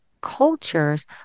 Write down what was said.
cultures